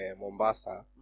Mombasa